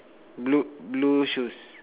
blue blue shoes